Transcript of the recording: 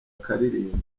akaririmba